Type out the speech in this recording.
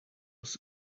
was